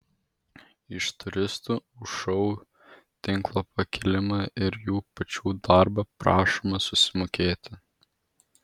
iš turistų už šou tinklo pakėlimą ir jų pačių darbą prašoma susimokėti